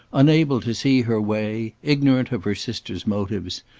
unable to see her way, ignorant of her sister's motives,